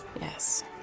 Yes